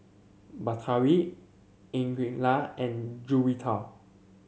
Batari Aqeelah and Juwita